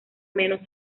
menos